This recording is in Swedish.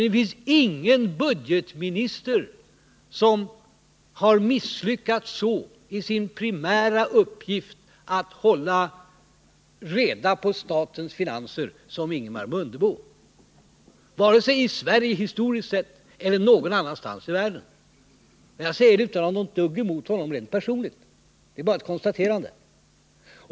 Det finns ingen budgetminister vare sig i Sverige historiskt sett eller någon annanstans i världen som har misslyckats så i sin primära uppgift att hålla reda på statens finanser som Ingemar Mundebo. Jag säger det utan att ha ett dugg emot Ingemar Mundebo personligen. Det är bara ett konstaterande.